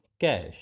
cash